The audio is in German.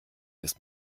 ist